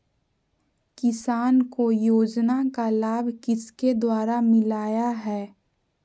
किसान को योजना का लाभ किसके द्वारा मिलाया है?